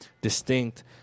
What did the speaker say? distinct